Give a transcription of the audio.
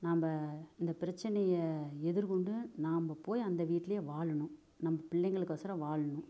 நாம்ப இந்த பிரச்சினைய எதிர்கொண்டு நாம்ப போய் அந்த வீட்டிலையே வாழணும் நம்ப பிள்ளைங்களுக்கொசரம் வாழணும்